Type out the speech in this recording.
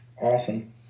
Awesome